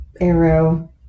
arrow